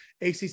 ACC